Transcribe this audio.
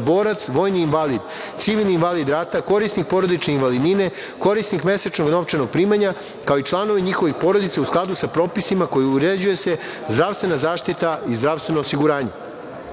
borac, vojni invalid, civilni invalid rata, korisnik porodične invalidnine, korisnik mesečnog novčanog primanja, kao i članovi njihovih porodica u skladu sa propisima kojim se uređuje zdravstvena zaštita i zdravstveno osiguranje. Članom